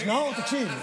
נאור, תקשיב.